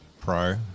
Pro